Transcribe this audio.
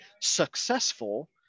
successful